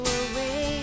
away